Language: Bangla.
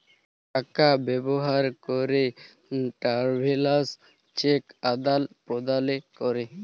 টাকা ব্যবহার ক্যরে ট্রাভেলার্স চেক আদাল প্রদালে ক্যরে